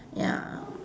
ya